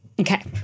Okay